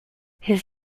his